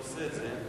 בנושא הזה,